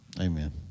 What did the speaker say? Amen